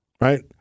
right